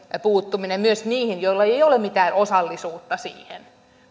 puuttuminen myös niihin joilla ei ei ole mitään osallisuutta siihen